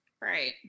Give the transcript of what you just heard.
Right